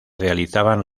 realizaban